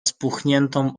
spuchniętą